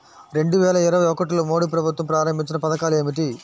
రెండు వేల ఇరవై ఒకటిలో మోడీ ప్రభుత్వం ప్రారంభించిన పథకాలు ఏమిటీ?